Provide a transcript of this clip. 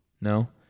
no